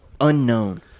unknown